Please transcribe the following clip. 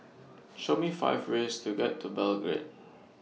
Show Me five ways to get to Belgrade